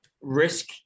risk